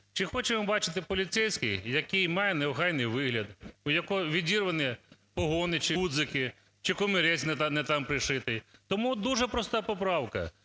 Чи хочемо ми бачити поліцейських, які мають неохайний вигляд, у якого відірвані погони чи ґудзики, чи комірець не там пришитий. Тому дуже проста поправка,